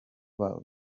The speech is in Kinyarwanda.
baba